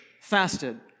fasted